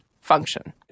function